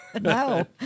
no